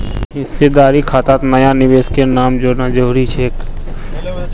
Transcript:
हिस्सेदारी खातात नया निवेशकेर नाम जोड़ना जरूरी छेक